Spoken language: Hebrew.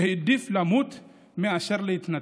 שהעדיף למות מאשר להתנצר.